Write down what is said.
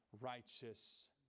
righteous